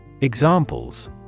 Examples